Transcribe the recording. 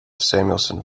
samuelson